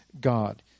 God